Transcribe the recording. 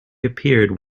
appeared